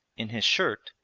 in his shirt,